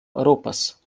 europas